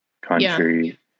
country